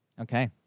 Okay